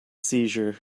seizure